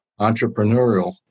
entrepreneurial